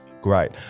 great